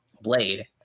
blade